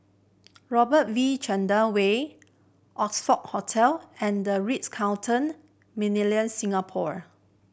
Robert V Chandran Way Oxford Hotel and The Ritz Carlton Millenia Singapore